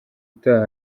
utaha